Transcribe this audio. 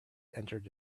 entered